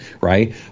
right